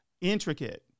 intricate